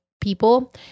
people